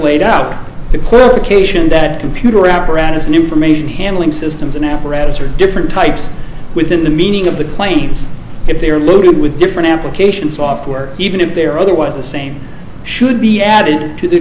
laid out the clear occasion that computer apparatus and information handling systems and apparatus are different types within the meaning of the claims if they are loaded with different application software even if they are otherwise the same should be added to the